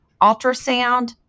ultrasound